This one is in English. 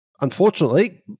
unfortunately